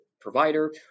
provider